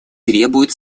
требуют